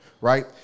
right